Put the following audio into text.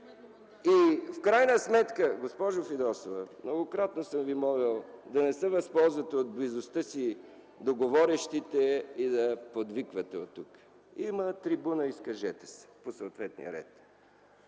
Искра Фидосова.) Госпожо Фидосова, многократно съм Ви молил да не се възползвате от близостта си до говорещите и да подвиквате оттук. Има трибуна, изкажете се по съответния ред!